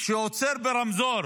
שעוצר ברמזור